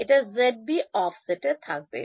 এটা zB অফসেটে থাকবে